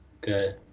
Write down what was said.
Good